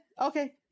okay